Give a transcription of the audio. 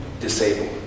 disabled